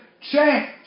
change